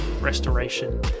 restoration